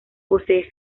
posee